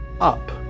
up